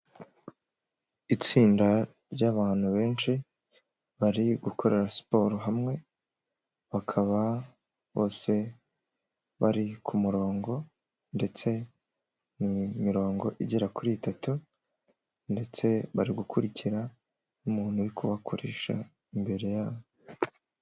Itsinda ry'abantu benshi bari gukorera siporo hamwe bakaba bose bari kumurongo ndetse ni mirongo igera kuri itatu ndetse bari gukurikira umuntu uri kubakoresha mbere yabo.